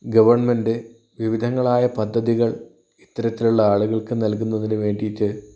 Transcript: government വിവിധങ്ങളായ പദ്ധതികൾ ഇത്തരത്തിലുള്ള ആളുകൾക്ക് നൽകുന്നതിന് വേണ്ടിയിട്ട്